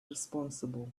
responsible